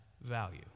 value